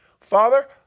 Father